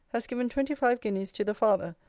has given twenty-five guineas to the father,